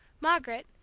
margaret,